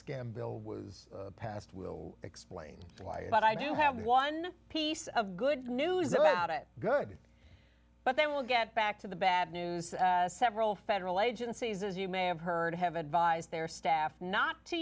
scam bill was passed will explain why but i do have one piece of good news about it good but then we'll get back to the bad news several federal agencies as you may have heard have advised their staff not to